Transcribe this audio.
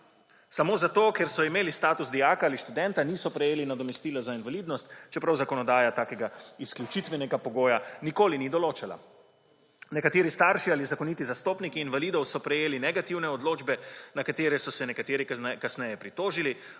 Samo zato, ker so imeli status dijaka ali študenta, niso prejeli nadomestila za invalidnost, čeprav zakonodaja takega izključitvenega pogoja nikoli ni določala. Nekateri starši ali zakoniti zastopniki invalidov so prejeli negativne odločbe, na katere so se nekateri kasneje pritožili,